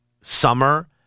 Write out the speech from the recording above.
summer